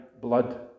blood